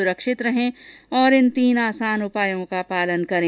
सुरक्षित रहें और इन तीन आसान उपायों का पालन करें